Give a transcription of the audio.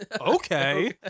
okay